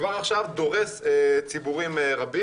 כבר עכשיו דורס ציבורים שונים.